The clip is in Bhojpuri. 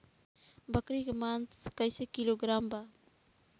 बकरी के मांस कईसे किलोग्राम बा?